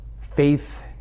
faith